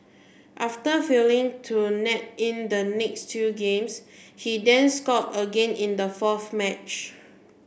after failing to net in the next two games he then scored again in the fourth match